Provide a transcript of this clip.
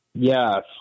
Yes